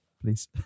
Please